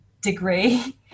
degree